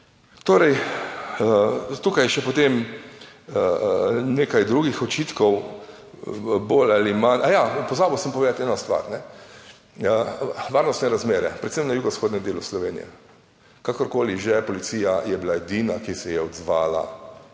Torej, tukaj je še potem nekaj drugih očitkov bolj ali manj, aja, pozabil sem povedati eno stvar, kajne. Varnostne razmere, predvsem na jugovzhodnem delu Slovenije. Kakorkoli že, policija je bila edina, ki se **45.